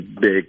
big